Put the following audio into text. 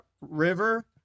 river